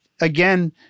again